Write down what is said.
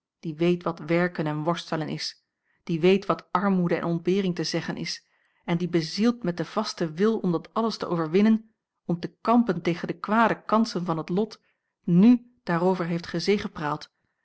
die weet wat werken en worstelen is die weet wat armoede en ontbering te zeggen is en die bezield met den vasten wil om dat alles te overwinnen om te kampen tegen de kwade kansen van het lot n daarover heeft